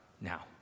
now